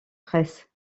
presse